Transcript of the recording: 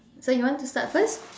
so you want to start first